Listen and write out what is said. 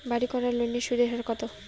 বাড়ির করার লোনের সুদের হার কত?